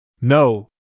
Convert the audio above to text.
No